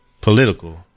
political